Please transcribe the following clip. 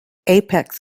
apex